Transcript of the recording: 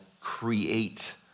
create